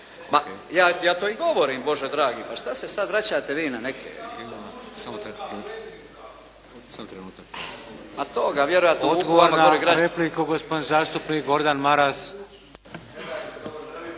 Ja to i govorim, Bože dragi! Pa šta se sad vi vraćate na neke. **Šeks, Vladimir (HDZ)** Odgovor na repliku gospodin zastupnik Gordan Maras.